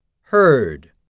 Heard